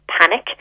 panic